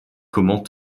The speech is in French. comment